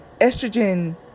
estrogen